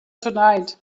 tonight